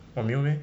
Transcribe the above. orh 没有 meh